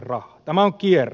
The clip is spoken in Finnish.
tämä on kierre